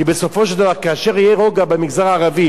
כי בסופו של דבר כאשר יהיה רוגע במגזר הערבי,